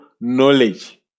knowledge